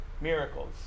miracles